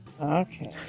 Okay